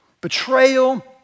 betrayal